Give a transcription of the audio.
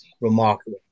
remarkable